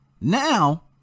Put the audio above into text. Now